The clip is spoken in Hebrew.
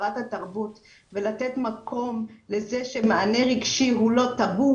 הכרת התרבות ולתת מקום לזה שמענה רגשי הוא לא טאבו,